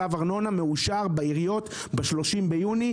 צו הארנונה מאושר בעיריות ב-30 ביוני,